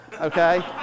okay